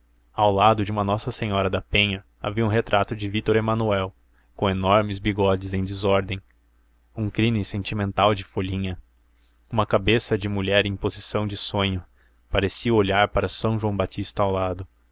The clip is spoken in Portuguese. ao lado de uma nossa senhora da penha havia um retrato de vítor emanuel com enormes bigodes em desordem um cromo sentimental de folhinha uma cabeça de mulher em posição de sonho parecia olhar um são joão batista ao lado